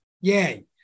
yay